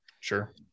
Sure